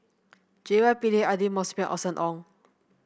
J Y Pillay Aidli Austen Ong